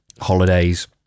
holidays